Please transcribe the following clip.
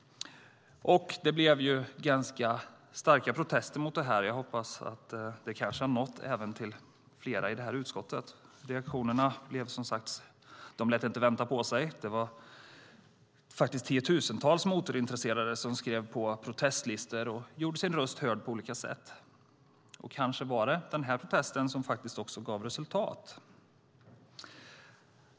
Det blev ganska starka protester mot detta. Jag hoppas att det kanske har nått även flera i detta utskott. Reaktionerna lät inte vänta på sig. Det var faktiskt tiotusentals motorintresserade som skrev på protestlistor och gjorde sin röst hörd på olika sätt. Kanske var det denna protest som faktiskt också gav resultat.